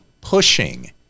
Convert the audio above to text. pushing